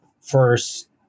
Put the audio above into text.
first